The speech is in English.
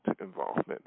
involvement